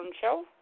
Show